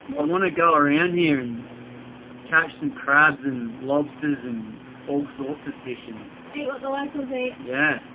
i want to go around here and catch some crabs and lobsters and all sorts of fishing eat what the locals eat yeah,